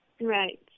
Right